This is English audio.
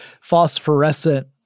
phosphorescent